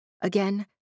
Again